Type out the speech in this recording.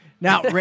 Now